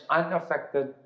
unaffected